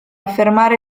affermare